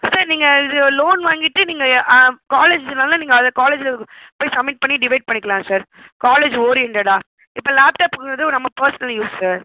sir நீங்கள் இது loan வாங்கிவிட்டு நீங்கள் காலேஜினால் நீங்கள் அதை காலேஜில் போய் சமிட் பண்ணி டிவைட் பண்ணிக்கலாம் சார் காலேஜ் ஓரியன்ட்டடாக இப்போ லேப்டாப்ங்கிறது நம் பர்ஸ்னல் யூஸ் சார்